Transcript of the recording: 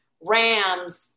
Rams